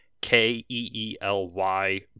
K-E-E-L-Y